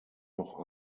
noch